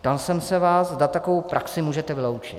Ptal jsem se vás, zda takovou praxi můžete vyloučit.